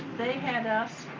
they had us,